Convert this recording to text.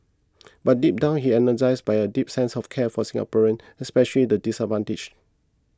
but deep down he energised by a deep sense of care for Singaporeans especially the disadvantaged